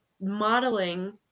modeling